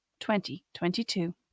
2022